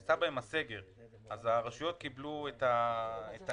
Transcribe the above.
שנעשה בהן סגר, הרשויות קיבלו עזרה.